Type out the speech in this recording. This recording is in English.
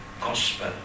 gospel